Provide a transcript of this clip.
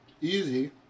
easy